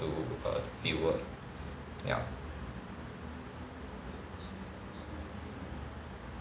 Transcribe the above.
to a viewer ya